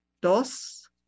dos